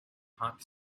hot